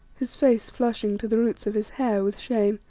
his face flushing to the roots of his hair with shame.